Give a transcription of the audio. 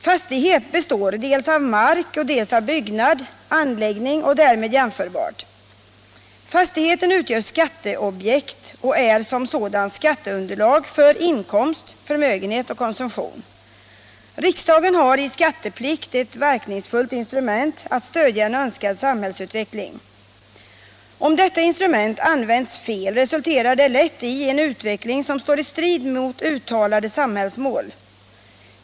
Fastighet består dels av mark, dels av byggnad, anläggning och därmed jämförbart. Fastigheten utgör skatteobjekt och är som sådan skatteunderlag när det gäller inkomst, förmögenhet och konsumtion. Riksdagen har i skatteplikt ett verkningsfullt instrument att stödja en önskad samhällsutveckling. Om detta instrument använts fel, resulterar det lätt i en utveckling som står i strid mot uttalade samhällsmål.